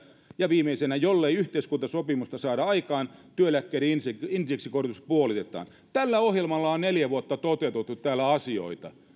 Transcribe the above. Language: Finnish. ja viimeisenä jollei yhteiskuntasopimusta saada aikaan työeläkkeiden indeksikorotus puolitetaan tällä ohjelmalla on neljä vuotta toteutettu täällä asioita